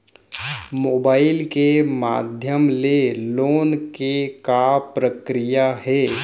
Mobile के माधयम ले लोन के का प्रक्रिया हे?